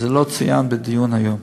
וזה לא צוין בדיון היום.